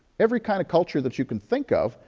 every kind of culture that you can think of,